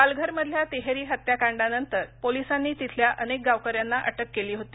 पालघरमधल्या तिहेरी हत्याकांडानंतर पोलीसांनी तिथल्या अनेक गावकऱ्यांना अटक केली होती